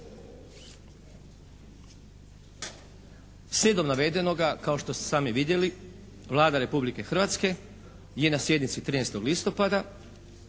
Slijedom navedenoga kao što ste sami vidjeli Vlada Republike Hrvatske je na sjednici 13. listopada